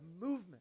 movement